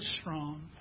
strong